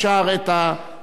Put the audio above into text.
ובהחלט אפשר.